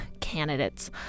candidates